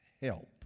help